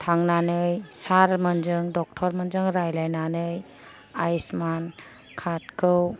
थांनानै सार मोनजों दक्टर मोनजों रायलायनानै आयुसमान कार्दखौ